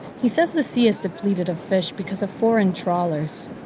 he says the sea is depleted of fish because of foreign trawlers,